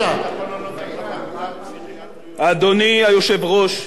אדוני היושב-ראש,